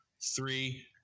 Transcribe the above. three